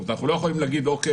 אנחנו לא יכולים להגיד: אוקי,